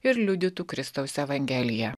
ir liudytų kristaus evangeliją